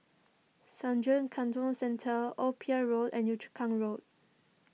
Sungei Kadut Central Old Pier Road and Yio Chu Kang Road